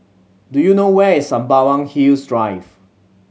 do you know where is Sembawang Hills Drive